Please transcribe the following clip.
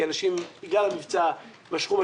כי אנשים בגלל המבצע משכו,